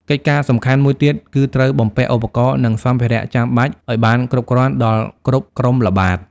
កិច្ចការសំខាន់មួយទៀតគឺត្រូវបំពាក់ឧបករណ៍ និងសម្ភារៈចាំបាច់ឲ្យបានគ្រប់គ្រាន់ដល់គ្រប់ក្រុមល្បាត។